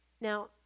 Now